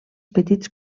petits